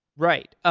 right. ah